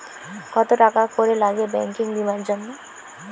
কত টাকা করে লাগে ব্যাঙ্কিং বিমার জন্য?